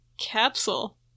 capsule